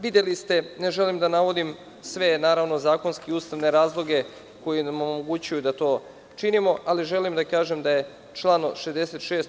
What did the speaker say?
Videli ste, ne želim da navodim sve zakonske i ustavne razloge koji nam omogućuju da to činimo, ali želim da kažem da je članom 66.